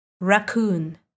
raccoon